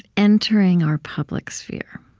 entering our public sphere